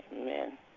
Amen